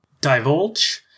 Divulge